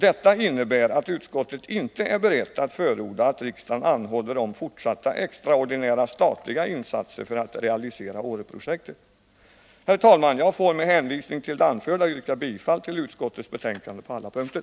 Detta innebär att utskottet inte är berett att förorda att riksdagen anhåller om fortsatta extraordinära statliga insatser för att realisera Åreprojektet. Herr talman! Jag får med hänvisning till det anförda yrka bifall till utskottets hemställan på alla punkter.